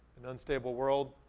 an unstable world,